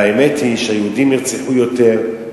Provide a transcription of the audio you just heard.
והאמת היא שהיהודים נרצחו יותר,